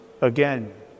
again